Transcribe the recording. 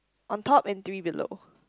on top and three below